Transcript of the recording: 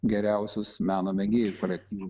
geriausius meno mėgėjų kolektyvų